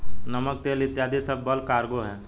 नमक, तेल इत्यादी सब बल्क कार्गो हैं